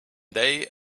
they